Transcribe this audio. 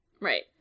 Right